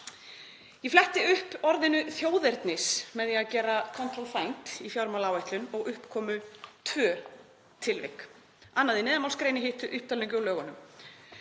Ég fletti upp orðinu þjóðerni, með því að gera „control find“, í fjármálaáætlun og upp komu tvö tilvik, annað í neðanmálsgrein en hitt í upptalningu á lögunum.